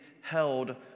held